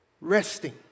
resting